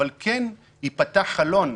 אבל כן ייפתח חלון,